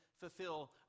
fulfill